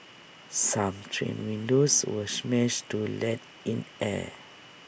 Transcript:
some train windows were smashed to let in air